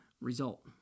result